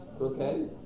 Okay